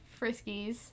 friskies